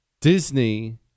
Disney